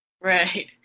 Right